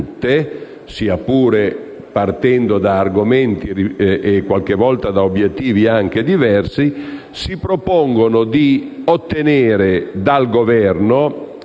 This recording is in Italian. sia pure partendo da argomenti e qualche volta da obiettivi diversi, si propongono di ottenere dal Governo